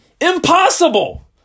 impossible